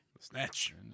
Snatch